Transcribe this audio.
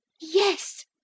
Yes